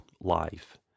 life